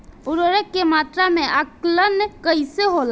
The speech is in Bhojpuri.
उर्वरक के मात्रा में आकलन कईसे होला?